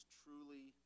truly